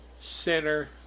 Center